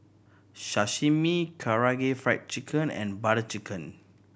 Sashimi Karaage Fried Chicken and Butter Chicken